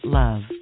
love